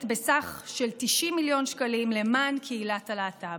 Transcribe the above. בסך של 90 מיליון שקלים למען קהילת הלהט"ב.